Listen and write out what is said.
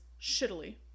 shittily